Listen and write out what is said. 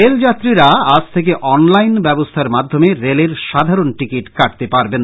রেলযাত্রীরা আজ থেকে online ব্যবস্থ্যার মাধ্যমে রেলের সাধারন টিকিট কাটতে পারবেন